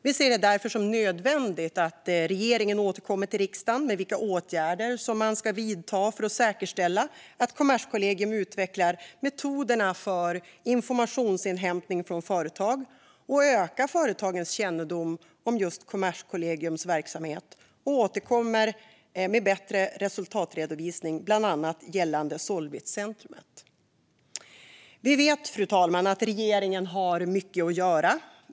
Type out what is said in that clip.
Vi ser det därför som nödvändigt att regeringen återkommer till riksdagen gällande vilka åtgärder man avser att vidta för att säkerställa att Kommerskollegium utvecklar metoderna för informationsinhämtning från företag, ökar företagens kännedom om Kommerskollegiums verksamhet och åstadkommer bättre resultatredovisning, bland annat gällande Solvitcentrumet. Vi vet, fru talman, att regeringen har mycket att göra.